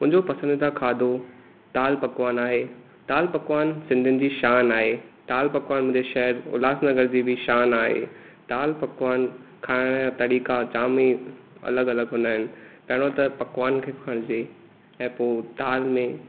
मुंहिंजो पसंदीदा खाधो दालि पकवान आहे दालि पकवान सिंधियुनि जी शान आहे दालि पकवान मुंहिंजे शहरु उल्हास नगर जी बि शान आहे दालि पकवान खाइण जा तरीक़ा जाम ई अलॻि अलॻि हूंदा आहिनि पहिरियों त पकवान खे खणिजे ऐं पोइ दालि में